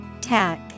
Tack